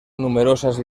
numerosas